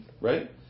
right